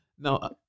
Now